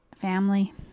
family